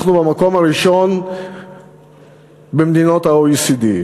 אנחנו במקום הראשון בעוני במדינות ה-OECD,